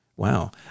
Wow